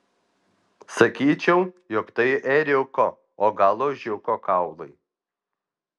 sakyčiau jog tai ėriuko o gal ožiuko kaulai